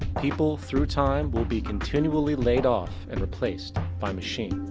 people through time will be continually layed off and replaced by machine.